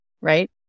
right